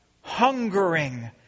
hungering